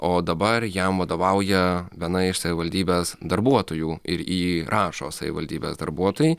o dabar jam vadovauja viena iš savivaldybės darbuotojų ir į jį rašo savivaldybės darbuotojai